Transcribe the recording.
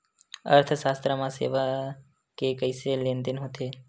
अर्थशास्त्र मा सेवा के कइसे लेनदेन होथे?